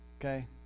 okay